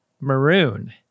maroon